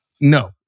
no